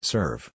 Serve